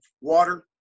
water